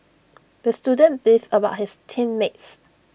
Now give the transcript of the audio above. the student beefed about his team mates